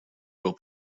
will